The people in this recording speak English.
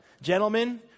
Gentlemen